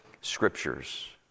scriptures